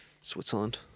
Switzerland